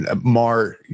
Mar